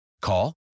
Call